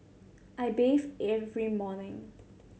I bathe every morning